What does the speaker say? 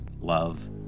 love